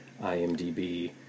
IMDb